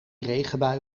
regenbui